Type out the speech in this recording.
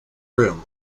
room